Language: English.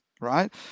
right